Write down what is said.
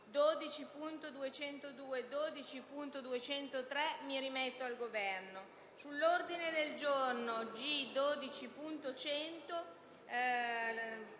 12.202 e 12.203, mi rimetto al Governo. L'ordine del giorno G12.100